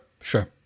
Sure